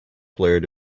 player